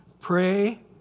Pray